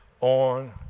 on